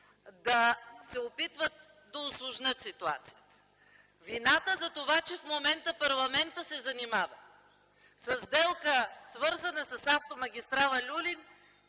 да се опитват да усложнят ситуацията. Вината за това, че в момента парламентът се занимава със сделка, свързана с автомагистрала „Люлин”,